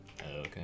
Okay